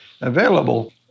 available